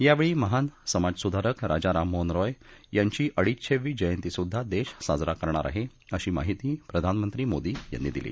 यावेळी महान समाजसुधारक राजा राम मोहन रॉय यांची अडीचशेवी जयंतीसुद्वा देश साजरा करणार आहे अशी माहिती प्रधानमंत्री मोदी यांनी दिली